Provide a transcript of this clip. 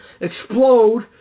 explode